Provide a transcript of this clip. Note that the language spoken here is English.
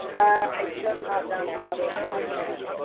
i just hopped down there probably like a month ago.